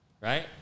right